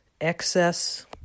excess